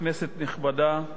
כנסת נכבדה,